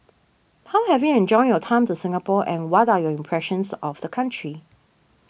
how have you enjoyed your time to Singapore and what are your impressions of the country